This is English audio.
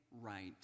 right